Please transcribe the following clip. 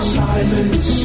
silence